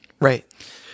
Right